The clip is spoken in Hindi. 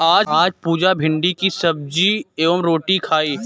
आज पुजा भिंडी की सब्जी एवं रोटी खाई